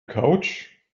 couch